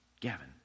Gavin